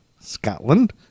scotland